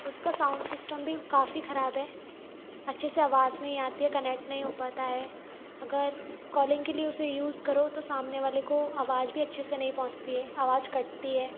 उसका sound system भी काफ़ी ख़राब है अच्छे से आवाज़ नहीं आती है कनेक्ट नहीं हो पाता है अगर कॉलिंग के लिए उसे यूज करो तो सामने वाले को आवाज़ भी अच्छे से नहीं पहुँचती है आवाज़ कटती है